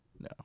no